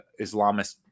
Islamist